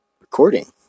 recording